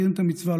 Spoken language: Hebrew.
את המצווה,